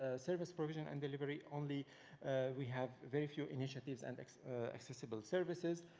ah service provision and delivery, only we have very few initiatives and accessible services.